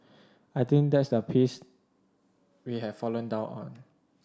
I think that's the piece we have fallen down on